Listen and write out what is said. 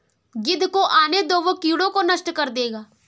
गिद्ध को आने दो, वो कीड़ों को नष्ट कर देगा